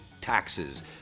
taxes